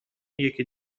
یکی